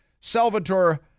Salvatore